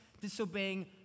disobeying